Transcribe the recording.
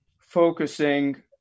focusing